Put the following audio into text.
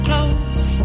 Close